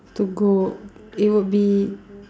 to go it would be